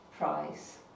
price